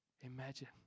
Imagine